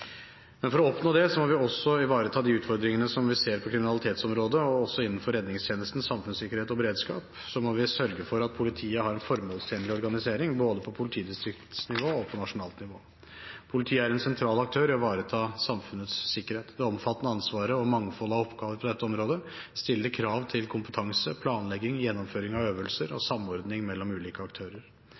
Men for å oppnå det må vi også ivareta de utfordringene som vi ser på kriminalitetsområdet. Også innenfor redningstjenesten, samfunnssikkerhet og beredskap må vi sørge for at politiet har en formålstjenlig organisering både på politidistriktsnivå og på nasjonalt nivå. Politiet er en sentral aktør i å ivareta samfunnets sikkerhet. Det omfattende ansvaret og mangfoldet av oppgaver på dette området stiller krav til kompetanse, planlegging, gjennomføring av øvelser og samordning mellom ulike aktører.